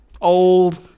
old